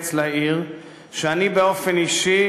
אין-קץ לעיר שאני באופן אישי,